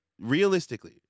Realistically